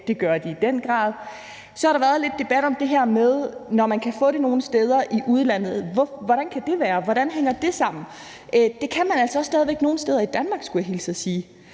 det gør de i den grad. Så har der været lidt debat om det her med, at man kan få det nogle steder i udlandet. Hvordan kan det være? Hvordan hænger det sammen? Det kan man altså også stadig væk nogle steder i Danmark, skulle jeg hilse og sige.